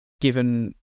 given